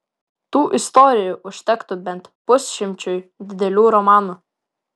tų istorijų užtektų bent pusšimčiui didelių romanų